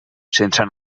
sense